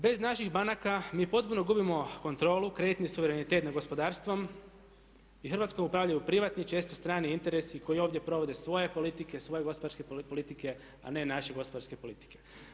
Bez naših banaka mi potpuno gubimo kontrolu, kreditni suverenitet nad gospodarstvom i Hrvatskom upravljaju privatni, često strani interesi koji ovdje provode svoje politike, svoje gospodarske politike a ne naše gospodarske politike.